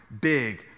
big